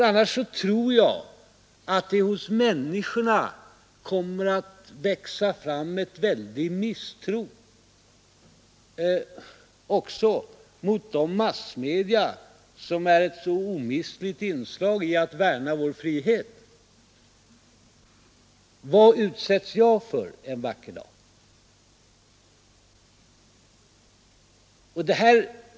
Annars tror jag att det hos människorna kommer att växa fram en väldig misstro också mot de massmedia som är ett så omistligt inslag i att värna vår frihet: Vad utsätts jag för en vacker dag?